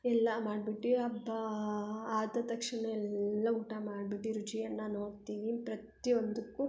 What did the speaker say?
ಎಲ್ಲ ಮಾಡ್ಬಿಟ್ಟು ಹಬ್ಬ ಆದ ತಕ್ಷಣ ಎಲ್ಲ ಊಟ ಮಾಡ್ಬಿಟ್ಟು ರುಚಿಯನ್ನು ನೋಡ್ತೀವಿ ಪ್ರತಿಯೊಂದುಕ್ಕೂ